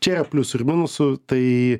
čia yra pliusų ir minusų tai